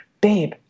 babe